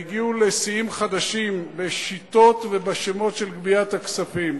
הגיעו לשיאים חדשים בשיטות ובשמות של גביית הכספים.